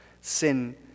sin